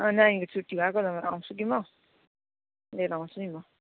नानीहरको छुट्टी भएको बेलामा आउँछु कि म लिएर आँउछु नि म